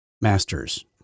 masters